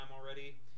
already